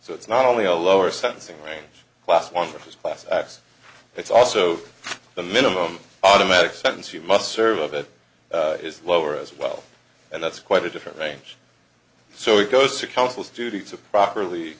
so it's not only a lower sentencing range plus one for first class acts it's also the minimum automatic sentence you must serve of it is lower as well and that's quite a different range so it goes to counsel students of properly